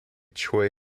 choi